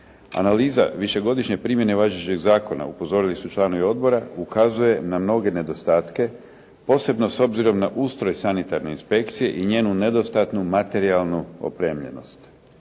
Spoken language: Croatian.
Analiza višegodišnje primjene važećeg zakona upozorili su članovi odbora ukazuje na mnoge nedostatke posebno s obzirom na ustroj sanitarne inspekcije i njenu nedostatnu materijalnu opremljenost.